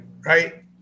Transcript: right